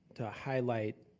to highlight